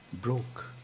broke